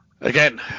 again